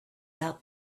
out